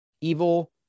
evil